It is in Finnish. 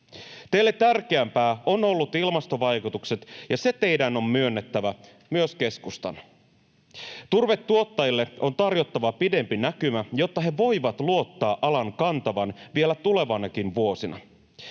Teille tärkeämpiä ovat olleet ilmastovaikutukset, ja se teidän on myönnettävä, myös keskustan. Turvetuottajille on tarjottava pidempi näkymä, jotta he voivat luottaa alan kantavan vielä tulevinakin vuosina.